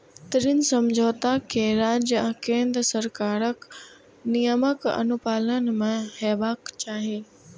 ऋण समझौता कें राज्य आ केंद्र सरकारक नियमक अनुपालन मे हेबाक चाही